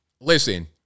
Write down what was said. Listen